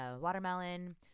watermelon